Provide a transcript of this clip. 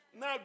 Now